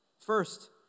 First